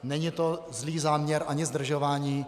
Není to zlý záměr, ani zdržování.